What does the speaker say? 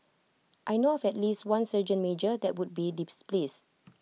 I know of at least one sergeant major that would be displeased